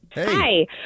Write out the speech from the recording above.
Hi